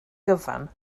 gyfan